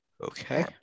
Okay